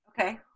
okay